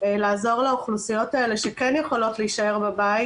לעזור לאוכלוסיות האלה שכן יכולות להישאר בבית,